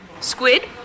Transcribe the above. squid